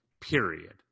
period